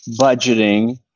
budgeting